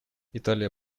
италия